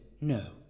no